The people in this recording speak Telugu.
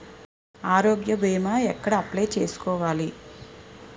ఆరోగ్య భీమా ఎక్కడ అప్లయ్ చేసుకోవాలి?